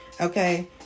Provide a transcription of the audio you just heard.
Okay